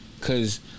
Cause